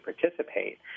participate